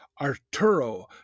Arturo